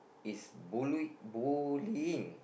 the boy is bully bullying